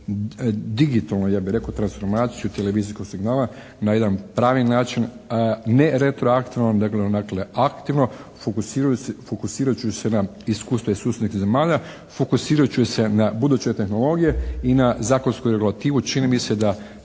digitalnu ja bih rekao transformaciju televizijskog signala na jedan pravi način, ne retroaktivno, dakle donekle aktivno, fokusirajući se na iskustva iz susjednih zemalja, fokusirajući se na buduće tehnologije i na zakonsku regulativu. Čini mi se da